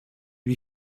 lui